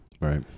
Right